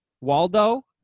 Waldo